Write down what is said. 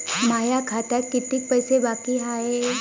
माया खात्यात कितीक पैसे बाकी हाय?